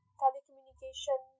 telecommunication